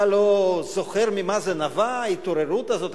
אתה לא זוכר ממה זה נבע, ההתעוררות הזאת.